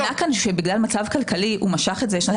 כאשר הטענה כאן שבגלל מצב כלכלי הוא משך את זה שנתיים,